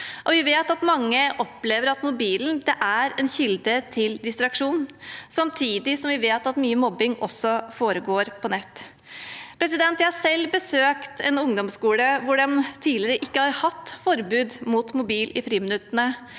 mange opplever at mobilen er en kilde til distraksjon, samtidig som vi vet at mye mobbing også foregår på nett. Jeg har selv besøkt en ungdomsskole hvor de tidligere ikke har hatt forbud mot mobil i friminuttene,